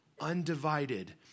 undivided